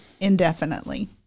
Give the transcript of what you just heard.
indefinitely